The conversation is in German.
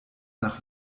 nach